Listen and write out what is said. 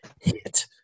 hit